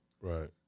Right